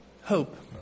hope